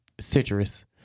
citrus